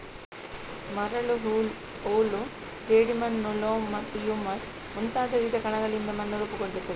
ಮರಳು, ಹೂಳು, ಜೇಡಿಮಣ್ಣು, ಲೋಮ್ ಮತ್ತು ಹ್ಯೂಮಸ್ ಮುಂತಾದ ವಿವಿಧ ಕಣಗಳಿಂದ ಮಣ್ಣು ರೂಪುಗೊಳ್ಳುತ್ತದೆ